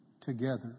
together